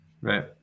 right